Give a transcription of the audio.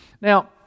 Now